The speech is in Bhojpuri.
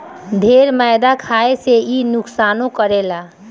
ढेर मैदा खाए से इ नुकसानो करेला